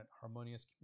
harmonious